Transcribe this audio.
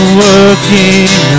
working